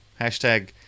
hashtag